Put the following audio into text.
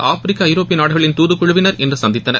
Africa Europe நாடுகளின் தூதுக்குழவினர் இன்று சந்தித்தனர்